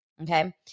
Okay